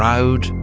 proud,